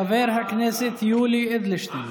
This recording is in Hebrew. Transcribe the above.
חבר הכנסת יולי אדלשטיין.